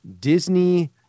Disney